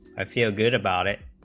i feel good about it